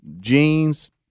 jeans